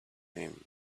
him